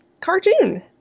cartoon